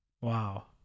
Wow